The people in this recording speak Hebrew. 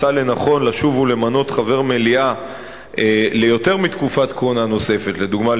לחוק מתיר לשוב ולמנותו רק לתקופת כהונה אחת נוספת בלבד.